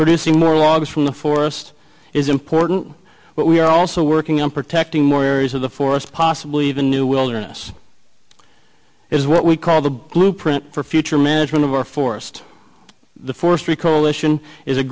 producing more logs from the forest is important but we are also working on protecting more areas of the forest possibly even new wilderness is what we call the blueprint for future management of our forest the forestry coalition is a